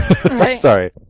Sorry